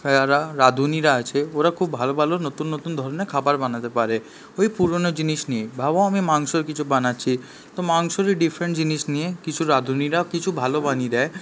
যারা রাঁধুনিরা আছে ওরা খুব ভালো ভালো নতুন নতুন ধরণের খাবার বানাতে পারে ওই পুরনো জিনিস নিয়েই ভাবো আমি মাংসর কিছু বানাচ্ছি তো মাংসরই ডিফ্রেন্ট জিনিস নিয়ে কিছু রাঁধুনিরা কিছু ভালো বানিয়ে দেয়